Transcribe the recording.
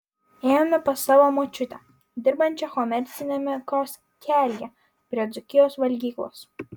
ėjome pas savo močiutę dirbančią komerciniame kioskelyje prie dzūkijos valgyklos